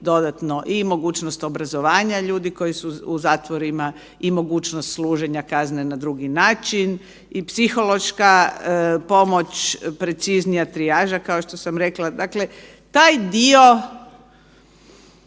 dodatno i mogućnost obrazovanja ljudi koji su u zatvorima i mogućnost služenja kazne na drugi način i psihološka pomoć, preciznija trijaža kao što sam rekla, dakle taj dio